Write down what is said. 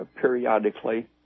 periodically